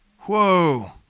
Whoa